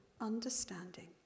understanding